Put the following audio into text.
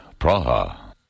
Praha